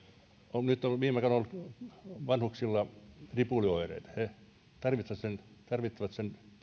viime aikoina on ollut vanhuksilla ripulioireita he tarvitsevat